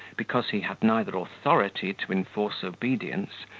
because he had neither authority to enforce obedience,